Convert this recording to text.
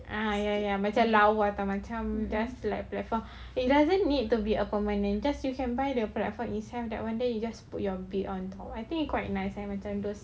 ah ya ya ya macam lawa macam just like platform it doesn't need to be a permanent just you can buy the platform is have that one then you just put your bed on top I think quite nice eh macam those